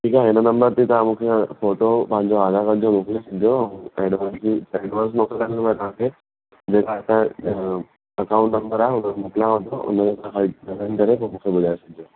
ठीकु आहे हिन नंबर ते तव्हां मूंखे फ़ोटो पंहिंजो आधार काड जो मोकिले छॾिजो एडवांस बि एडवांस मोकिलाइण लाइ तव्हांखे जेका असांजे अकाउंट नंबर आहे हुनजो मोकिलियांव थो हुन करे पोइ मूंखे ॿुधाए छॾिजो